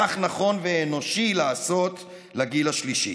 כך נכון ואנושי לעשות לגיל השלישי.